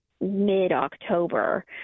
mid-October